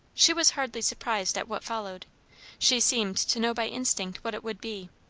she was hardly surprised at what followed she seemed to know by instinct what it would be.